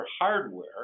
hardware